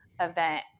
event